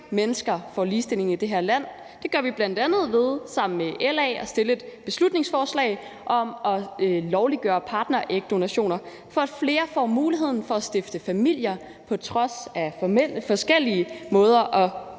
mennesker får ligestilling i det her land. Det gør vi bl.a. ved sammen med LA at fremsætte et beslutningsforslag om at lovliggøre partnerægdonationer, for at flere får muligheden for at stifte familier på trods af forskellige måder at